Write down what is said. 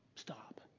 Stop